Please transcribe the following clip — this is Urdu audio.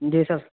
جی سر